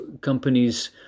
companies